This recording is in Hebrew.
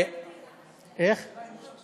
שוכרן כתיר.